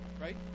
right